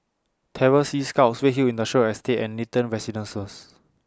Terror Sea Scouts Redhill Industrial Estate and Nathan Residences